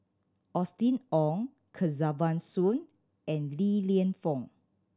Austen Ong Kesavan Soon and Li Lienfung